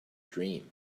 dream